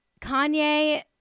Kanye